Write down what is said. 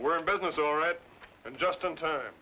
we're in business all right and just in time